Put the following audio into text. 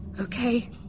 okay